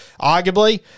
arguably